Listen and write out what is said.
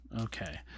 Okay